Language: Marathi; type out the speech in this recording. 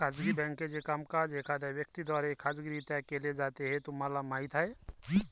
खाजगी बँकेचे कामकाज एखाद्या व्यक्ती द्वारे खाजगीरित्या केले जाते हे तुम्हाला माहीत आहे